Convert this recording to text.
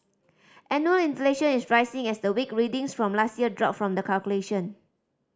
annual inflation is rising as the weak readings from last year drop from the calculation